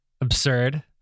absurd